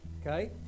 Okay